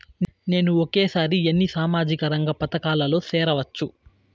నేను ఒకేసారి ఎన్ని సామాజిక రంగ పథకాలలో సేరవచ్చు?